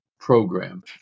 program